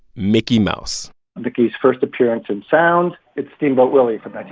mickey mouse mickey's first appearance in sound it's steamboat willie from but